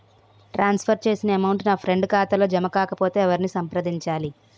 ట్రాన్స్ for చేసిన amount నా friend ఖాతాలో జమ కాకపొతే ఎవరిని సంప్రదించాలి?